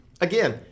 Again